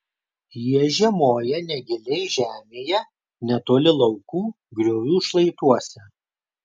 jie žiemoja negiliai žemėje netoli laukų griovių šlaituose